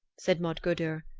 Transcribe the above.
said modgudur,